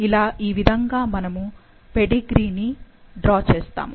ఇలా ఈ విధంగా మనము పెడిగ్రీ ను డ్రా చేస్తాము